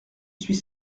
suis